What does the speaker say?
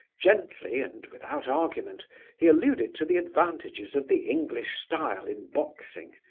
gently and without argument he alluded to the advantages of the english style in boxing,